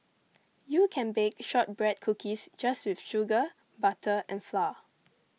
you can bake Shortbread Cookies just with sugar butter and flour